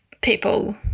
people